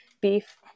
beef